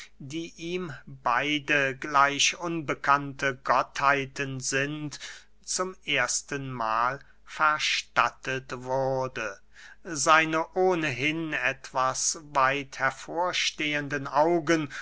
die ihm beide gleich unbekannte gottheiten sind zum ersten mahl verstattet wurde seine ohnehin etwas weit hervorstehenden augen